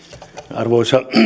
arvoisa